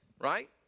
right